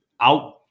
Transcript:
Out